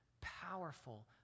powerful